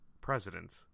president's